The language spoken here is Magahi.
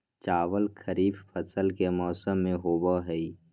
चावल खरीफ फसल के मौसम में होबो हइ